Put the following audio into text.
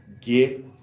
get